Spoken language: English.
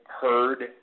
heard